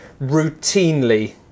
routinely